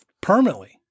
permanently